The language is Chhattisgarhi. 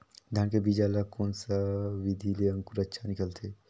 धान के बीजा ला कोन सा विधि ले अंकुर अच्छा निकलथे?